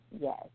yes